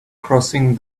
crossing